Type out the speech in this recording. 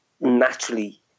naturally